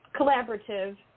collaborative